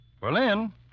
Berlin